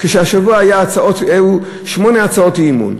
השבוע היו שמונה הצעות אי-אמון,